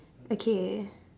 okay